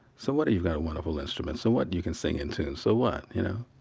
so what you got a wonderful instrument? so what you can sing in tune? so what? you know,